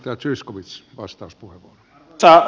arvoisa herra puhemies